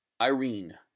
irene